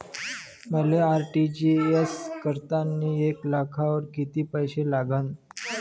मले आर.टी.जी.एस करतांनी एक लाखावर कितीक पैसे लागन?